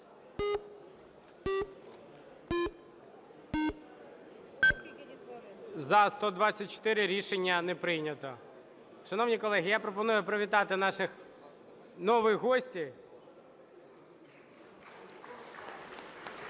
За-124 Рішення не прийнято. Шановні колеги, я пропоную привітати наших нових гостей.